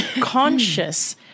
conscious